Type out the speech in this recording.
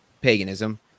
paganism